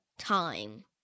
time